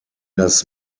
das